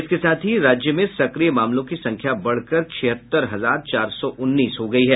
इसके साथ ही राज्य में सक्रिय मामलों की संख्या बढ़कर छिहत्तर हजार चार सौ उन्नीस हो गयी है